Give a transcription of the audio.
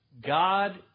God